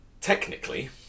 technically